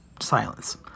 Silence